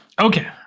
Okay